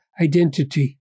identity